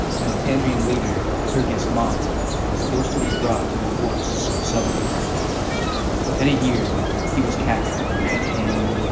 the and tangent and leader hircus mont was forced to withdraw to the forests of southern pressure within a year he was captured and hanged